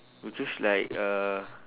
because like uh